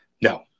No